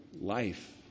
life